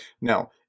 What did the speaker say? Now